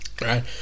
right